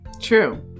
True